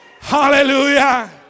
Hallelujah